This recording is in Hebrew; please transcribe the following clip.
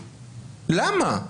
למה?